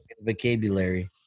vocabulary